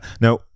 now